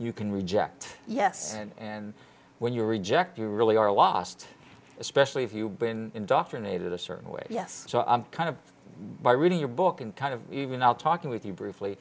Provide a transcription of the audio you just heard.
you can reject yes and when you reject you really are lost especially if you've been indoctrinated a certain way yes so i'm kind of by reading your book and kind of even out talking with you briefly